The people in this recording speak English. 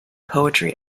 poetry